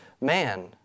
man